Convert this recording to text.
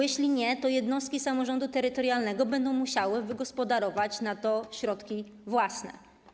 Jeśli nie, to jednostki samorządu terytorialnego będą musiały wygospodarować na to środki własne.